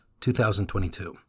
2022